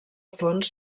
fons